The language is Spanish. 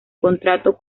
contrato